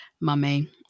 Mummy